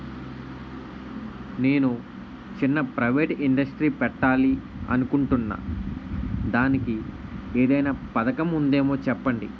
నేను చిన్న private industry పెట్టాలి అనుకుంటున్నా దానికి ఏదైనా పథకం ఉందేమో చెప్పండి?